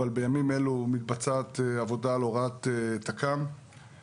אבל בימים אלו מתבצעת עבודה על הוראת תכ"מ (תקנות כספים ומשק)